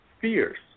fierce